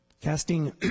casting